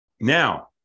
Now